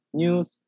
news